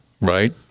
right